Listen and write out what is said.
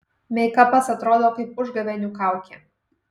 meikapas atrodo kaip užgavėnių kaukė